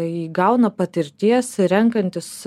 įgauna patirties renkantis